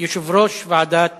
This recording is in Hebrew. יושב-ראש ועדת